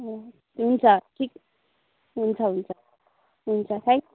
अँ हुन्छ ठिक हुन्छ हुन्छ हुन्छ थ्याङ्क यू